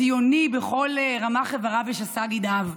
ציוני בכל רמ"ח איבריו ושס"ה גידיו.